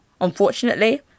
unfortunately